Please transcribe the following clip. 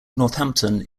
northampton